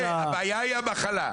הבעיה היא המחלה.